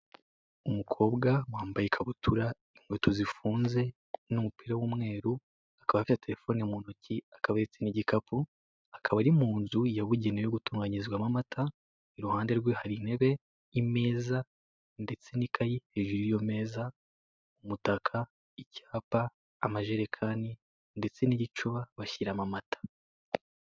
Umukobwa wambaye ikabutura, inkweto zifunze, n'umupira w'umweru akaba afite telefoni mu ntoki, akaba ahetse n'igikapu, akaba ari mu nzu yabugenewe yo gutunganyirizwamo amata, iruhande rwe hari intebe, imeza ndetse n'ikayi hejuru y'iyo meza, umutaka, icyapa, amajerekani ndetse n'igicuba bashyiramo amata.